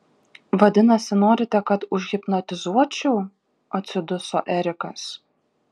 vadinasi norite kad užhipnotizuočiau atsiduso erikas